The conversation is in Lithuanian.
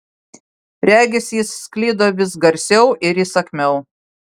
regis jis sklido vis garsiau ir įsakmiau